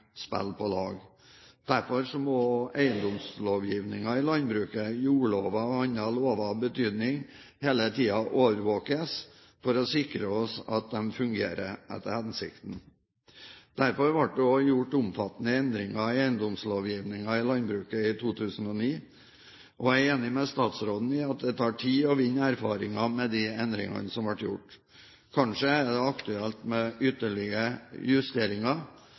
på lag. Derfor må eiendomslovgivningen i landbruket – jordloven og andre lover av betydning – hele tiden overvåkes for å sikre oss at de fungerer etter hensikten. Derfor ble det også gjort omfattende endringer i eiendomslovgivningen i landbruket i 2009, og jeg er enig med statsråden i at det tar tid å vinne erfaringer med de endringene som ble gjort. Kanskje er det aktuelt med ytterligere justeringer,